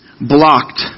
blocked